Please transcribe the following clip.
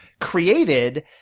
created